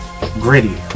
gritty